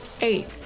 Eight